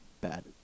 bad